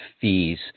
fees